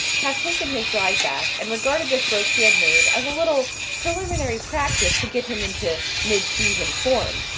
have taken his drive back and regarded the strokes he had made as a little preliminary practice to get him into midseason form.